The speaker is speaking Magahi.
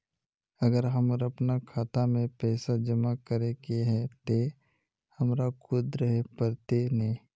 अगर हमर अपना खाता में पैसा जमा करे के है ते हमरा खुद रहे पड़ते ने?